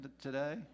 today